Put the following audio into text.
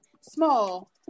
small